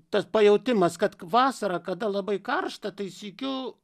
tas pajautimas kad vasarą kada labai karšta tai sykiu